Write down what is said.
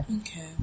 Okay